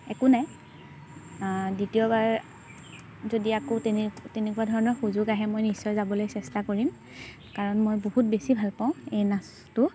একো নাই দ্বিতীয়বাৰ যদি আকৌ তেনে তেনেকুৱা ধৰণৰ সুযোগ আহে মই নিশ্চয় যাবলৈ চেষ্টা কৰিম কাৰণ মই বহুত বেছি ভাল পাওঁ এই নাচটো